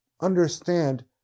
understand